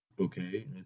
okay